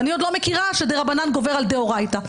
אני עוד לא מכירה שדרבנן גובר על דאורייתא.